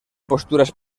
posturas